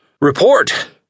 Report